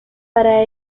para